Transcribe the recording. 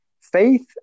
faith